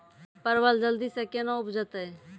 परवल जल्दी से के ना उपजाते?